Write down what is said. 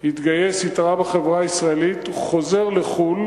התגייס, חוזר לחו"ל